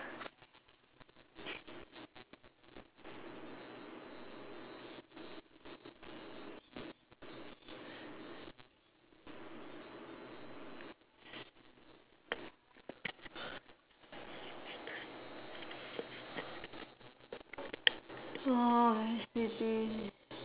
oh very sleepy